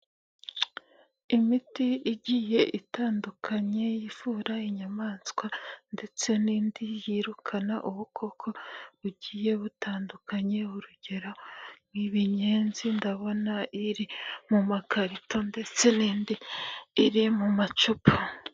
Imiti igiye itandukanye ivura inyamaswa ndetse n'indi yirukana ubukoko bugiye butandukanye, urugero nk'ibinyenzi ndabona iri mu makarito ndetse n'indi iri mu macupa.